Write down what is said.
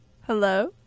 hello